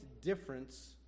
difference